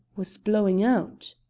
was blowing out!